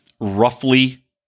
roughly